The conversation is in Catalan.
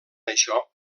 això